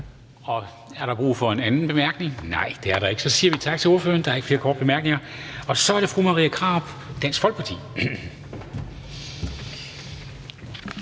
Er der brug for en anden bemærkning? Nej, det er der ikke. Så siger vi tak til ordføreren, der er ikke flere korte bemærkninger. Så er det fru Marie Krarup, Dansk Folkeparti.